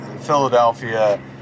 Philadelphia